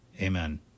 Amen